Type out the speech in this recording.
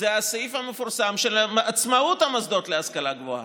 הסעיף המפורסם של עצמאות המוסדות להשכלה גבוהה.